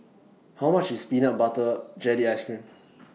How much IS Peanut Butter Jelly Ice Cream